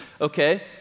okay